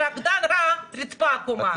רגע, רגע, חברת הכנסת מלינובסקי.